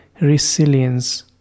Resilience